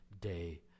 day